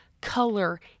color